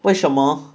为什么